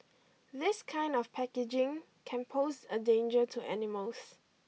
this kind of packaging can pose a danger to animals